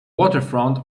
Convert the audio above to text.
waterfront